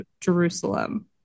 Jerusalem